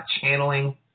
channeling